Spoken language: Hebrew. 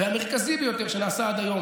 אגב, עכשיו,